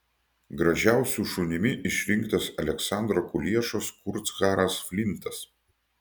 gražiausiu šunimi išrinktas aleksandro kuliešos kurtsharas flintas